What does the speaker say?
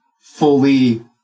fully